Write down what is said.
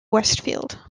westfield